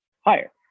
higher